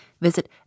visit